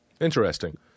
Interesting